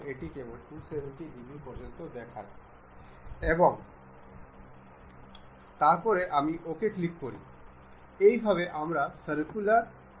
আমাদের এখন এই মেকানিক্যাল মেট রয়েছে আমরা এই স্ক্রুটি নির্বাচন করব